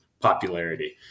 popularity